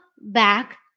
back